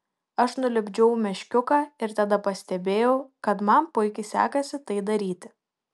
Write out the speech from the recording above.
aš nulipdžiau meškiuką ir tada pastebėjau kad man puikiai sekasi tai daryti